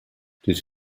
did